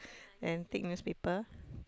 and take newspaper